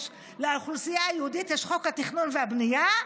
לאוכלוסייה היהודית יש את חוק התכנון והבנייה,